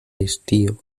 estío